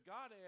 God